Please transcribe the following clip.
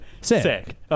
Sick